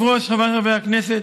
אדוני היושב-ראש, חבריי חברי הכנסת,